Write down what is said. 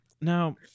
Now